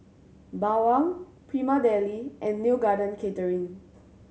Bawang Prima Deli and Neo Garden Catering